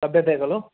लभ्यते खलु